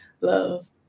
Love